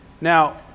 Now